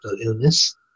illness